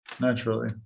Naturally